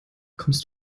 kommst